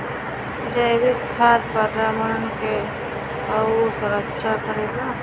जैविक खाद पर्यावरण कअ सुरक्षा करेला